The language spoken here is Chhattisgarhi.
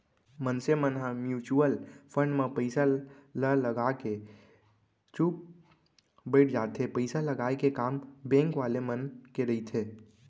मनसे मन ह म्युचुअल फंड म पइसा ल लगा के कलेचुप बइठ जाथे पइसा लगाय के काम बेंक वाले मन के रहिथे